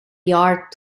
yard